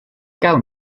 gawn